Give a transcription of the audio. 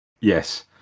Yes